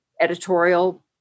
editorial